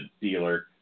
dealer